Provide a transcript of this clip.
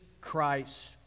Christ